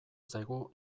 zaigu